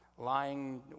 Lying